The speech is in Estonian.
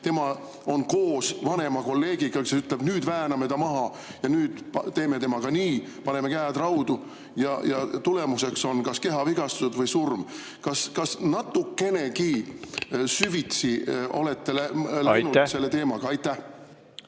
tema on koos vanema kolleegiga, kes ütleb: "Nüüd vääname ta maha ja nüüd teeme temaga nii, paneme käed raudu." Tagajärg on kas kehavigastused või surm. Kas te natukenegi süvitsi olete läinud selle teemaga? Aitäh,